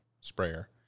sprayer